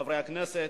חברי הכנסת,